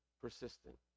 persistent